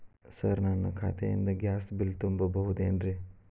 Sir ನನ್ನ ಖಾತೆಯಿಂದ gas bill ತುಂಬಹುದೇನ್ರಿ?